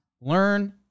Learn